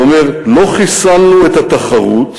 הוא אומר: לא חיסלנו את התחרות,